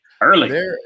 Early